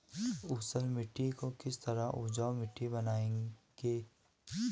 ऊसर मिट्टी को किस तरह उपजाऊ मिट्टी बनाएंगे?